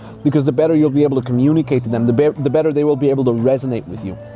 because the better you'll be able to communicate to them, the better the better they will be able to resonate with you.